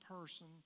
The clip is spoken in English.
person